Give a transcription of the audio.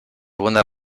buenas